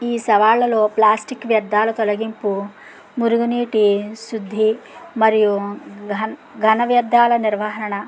ఈ సవాళ్ళలో ప్లాస్టిక్ వ్యర్ధాల తొలగింపు మురికినీటి శుద్ది మరియు ఘ ఘన వ్యర్ధాల నిర్వాహరణ